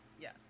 yes